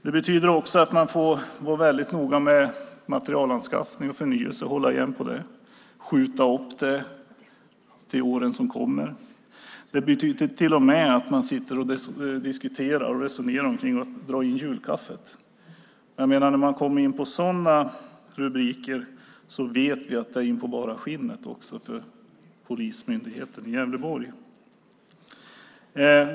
Det betyder också att man får vara väldigt noga med materialanskaffning och förnyelse och hålla igen på det eller skjuta upp det till åren som kommer. Det betyder till och med att man sitter och diskuterar och resonerar om att dra in julkaffet. Jag menar: När man kommer in på sådana rubriker vet vi att det är in på bara skinnet, också för Polismyndigheten i Gävleborgs län.